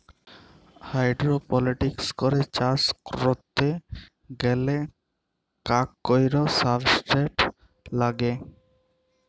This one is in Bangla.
হাইড্রপলিক্স করে চাষ ক্যরতে গ্যালে কাক কৈর সাবস্ট্রেট লাগে